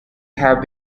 have